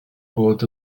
bod